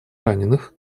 раненых